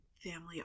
family